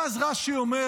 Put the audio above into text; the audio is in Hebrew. ואז רש"י אומר